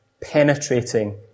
penetrating